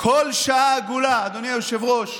כל שעה עגולה, אדוני היושב-ראש,